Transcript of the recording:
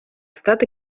estat